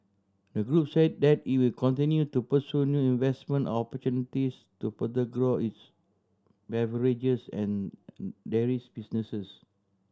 the group say that it will continue to pursue new investment opportunities to further grow its beverages and dairies businesses